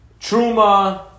Truma